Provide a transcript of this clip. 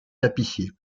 tapissier